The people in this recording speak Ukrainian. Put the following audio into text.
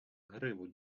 гриву